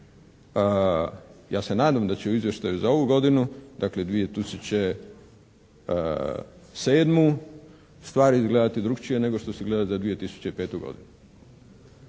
ja se nadam da će u izvještaju za ovu godinu, dakle 2007. stvari izgledati drukčije nego što su izgledale za 2005. godinu.